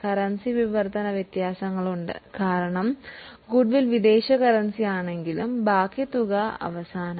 currency വിവർത്തന വ്യത്യാസങ്ങളുണ്ട് കാരണം ആ ഗുഡ്വിൽ വിദേശ കറൻസിയിലാണെങ്കിലും ബാക്കി തുക അവസാനം